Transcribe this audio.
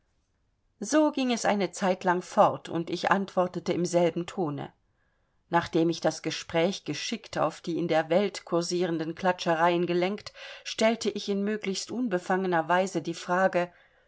so ging es eine zeit lang fort und ich antwortete im selben tone nachdem ich das gespräch geschickt auf die in der welt kursierenden klatschereien gelenkt stellte ich in möglichst unbefangener weise die frage